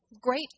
great